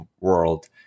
world